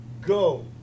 Go